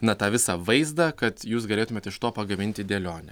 na tą visą vaizdą kad jūs galėtumėt iš to pagaminti dėlionę